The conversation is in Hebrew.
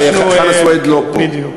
חנא סוייד, לא פה.